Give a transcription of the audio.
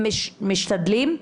הם משתדלים.